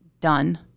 done